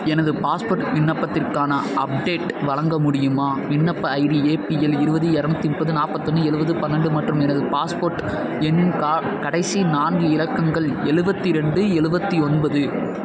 எனது பாஸ்போர்ட் விண்ணப்பத்திற்கான அப்டேட் வழங்க முடியுமா விண்ணப்ப ஐடி ஏபிஎல் இருபது இரநூத்தி முப்பது நாற்பத்தொன்னு எழுவது பன்னெண்டு மற்றும் எனது பாஸ்போர்ட் எண் க கடைசி நான்கு இலக்கங்கள் எழுவத்தி ரெண்டு எழுவத்தி ஒன்பது